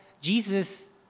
Jesus